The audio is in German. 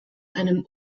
einem